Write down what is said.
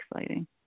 exciting